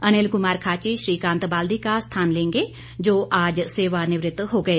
अनिल कुमार खाची श्रीकांत बाल्दी का स्थान लेंगे जो आज सेवानिवृत हो गए